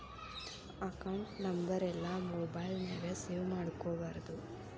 account ನಂಬರೆಲ್ಲಾ mobile ನ್ಯಾಗ save ಮಾಡ್ಕೊಬಾರ್ದು